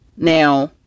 Now